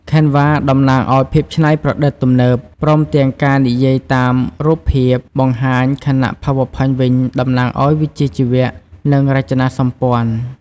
Canva តំណាងឱ្យភាពច្នៃប្រឌិតទំនើប ព្រមទាំងការនិយាយតាមរូបភាពបង្ហាញ ខណៈ PowerPoint វិញ តំណាងឱ្យវិជ្ជាជីវៈ និងរចនាសម្ព័ន្ធ។